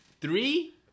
three